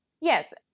Yes